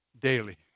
daily